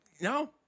no